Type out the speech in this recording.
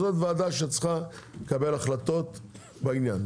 זאת ועדה שצריכה לקבל החלטות בעניין.